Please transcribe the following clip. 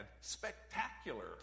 spectacular